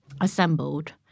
assembled